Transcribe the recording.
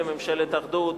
לממשלת אחדות,